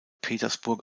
petersburg